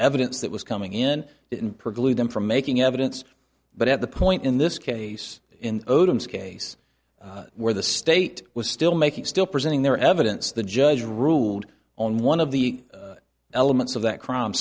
evidence that was coming in in preclude them from making evidence but at the point in this case in odom's case where the state was still making still presenting their evidence the judge ruled on one of the elements of that crime